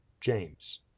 James